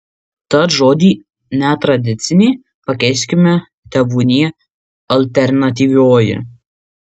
tad žodį netradicinė pakeiskime tebūnie alternatyvioji